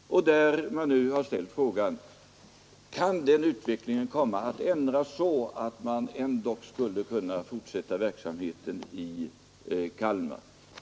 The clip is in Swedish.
Man har nu ställt frågan om detta förhållande kommer att ändras så att man ändock skulle kunna fortsätta verksamheten i Kalmar.